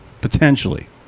potentially